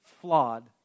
flawed